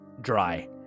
dry